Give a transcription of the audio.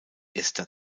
esther